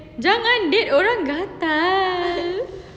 jangan date orang gatal